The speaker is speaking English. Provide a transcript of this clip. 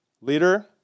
leader